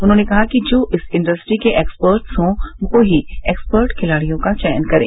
उन्होंने कहा कि जो इस इंड्रस्ट्री के एक्सपर्टस हों वो ही एक्सपर्टस खिलाड़ियो का चयन करें